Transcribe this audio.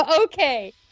Okay